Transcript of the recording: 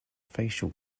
facial